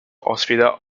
ospita